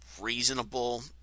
reasonable